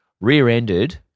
rear-ended